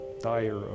dire